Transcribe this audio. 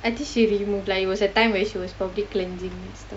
I think she remove lah it was a time where she was probably cleansing and stuff